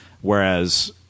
whereas